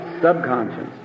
subconscious